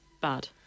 bad